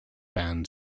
band